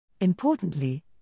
Importantly